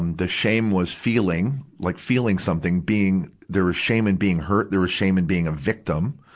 um the shame was feeling, like feeling something, being, there was shame in being hurt, there was shame in being a victim.